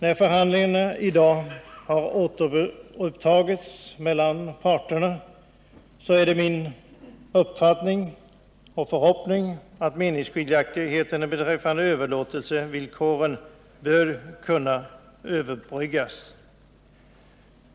När förhandlingarna i dag har återupptagits mellan parterna är det min uppfattning och förhoppning att meningsskiljaktigheterna beträffande överlåtelsevillkoren bör kunna överbryggas.